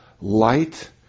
light